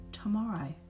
tomorrow